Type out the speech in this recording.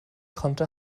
konnte